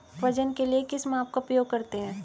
वजन के लिए किस माप का उपयोग करते हैं?